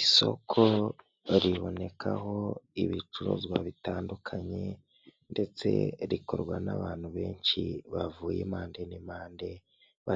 Inyubako nziza rwose igeretse rimwe ikodeshwa igihumbi magana arindwi y'idolari buri kwezi ikaba ari inyubako ifite ibyumba